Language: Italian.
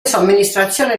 somministrazione